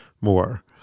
more